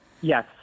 Yes